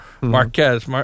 Marquez